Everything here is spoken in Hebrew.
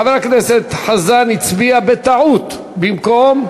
חבר הכנסת חזן הצביע בטעות, במקום?